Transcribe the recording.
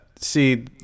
see